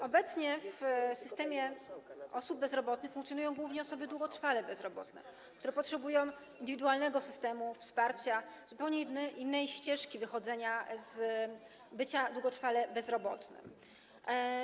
Obecnie w systemie osób bezrobotnych funkcjonują głównie osoby długotrwale bezrobotne, które potrzebują indywidualnego systemu wsparcia, zupełnie innej ścieżki wychodzenia z bycia długotrwale bezrobotnym.